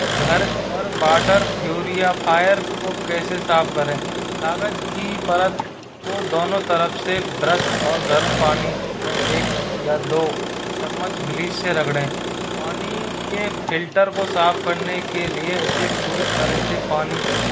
घर पर water purifier को कैसे साफ़ करें कागज़ की परत को दोनों तरफ़ से ब्रस और गर्म पानी में एक या दो चम्मच ब्लीच से रगड़ें पानी के फ़िल्टर को साफ़ करने के लिए इसे पूरी तरह से पानी